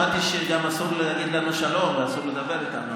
שמעתי גם שאסור להגיד לנו שלום ואסור לדבר איתנו,